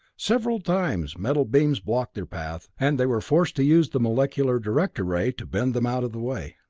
several times metal beams blocked their path, and they were forced to use the molecular director ray to bend them out of the way.